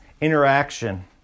interaction